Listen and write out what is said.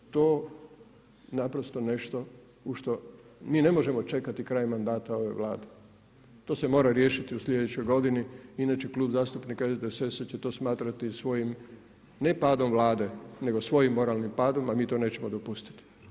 To naprosto nešto u što mi ne možemo čekati mandat ove Vlade, to se mora riješiti u slijedećoj godini inače Klub zastupnika SDSS-a će to smatrati svojim ne padom Vlade, nego svojim moralnim padom a mi to nećemo dopustiti.